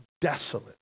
desolate